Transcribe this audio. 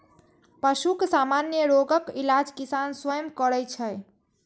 पशुक सामान्य रोगक इलाज किसान स्वयं करै छै